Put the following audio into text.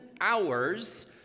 hours